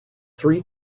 three